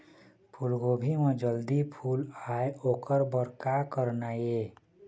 फूलगोभी म जल्दी फूल आय ओकर बर का करना ये?